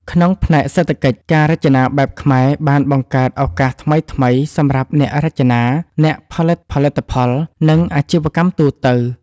ក្នុងផ្នែកសេដ្ឋកិច្ច ការរចនាបែបខ្មែរបានបង្កើតឱកាសថ្មីៗសម្រាប់អ្នករចនា អ្នកផលិតផលិតផល និងអាជីវកម្មទូទៅ។